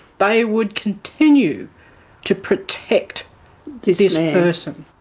they would continue to protect this this person.